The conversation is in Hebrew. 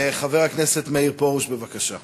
חבר הכנסת מאיר פרוש, בבקשה.